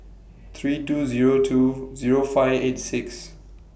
three two Zero two Zero five eight six